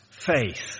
Faith